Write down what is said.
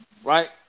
Right